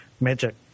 magic